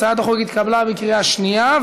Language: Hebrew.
הצעת החוק התקבלה בקריאה שנייה.